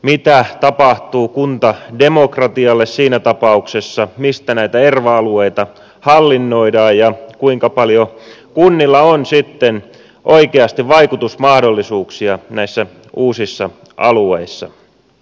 mitä tapahtuu kuntademokratialle siinä tapauksessa mistä näitä erva alueita hallinnoidaan ja kuinka paljon kunnilla on sitten oikeasti vaikutusmahdollisuuksia näillä uusilla alueilla